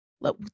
Let